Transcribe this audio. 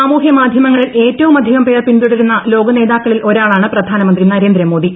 സാമൂഹ്യ മാധ്യമങ്ങളിൽ ഏറ്റവുമധികം പേർ പിന്തുടരുന്ന ലോകനേതാക്കളിൽ ഒരാളാണ് പ്രധാനമന്ത്രി നരേന്ദ്രമോദി